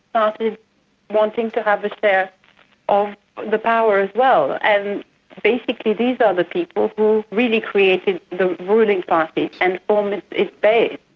ah sort of wanting to have a share of the power as well. and basically these are the people who really created the ruling party and form its base.